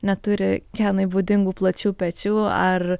neturi kenui būdingų plačių pečių ar